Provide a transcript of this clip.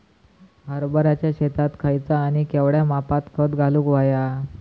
हरभराच्या शेतात खयचा आणि केवढया मापात खत घालुक व्हया?